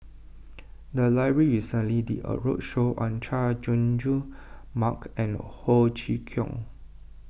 the library recently did a roadshow on Chay Jung Jun Mark and Ho Chee Kong